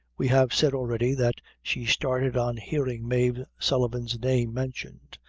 we have said already that she started on hearing mave sullivan's name mentioned,